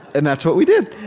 and that's what we did.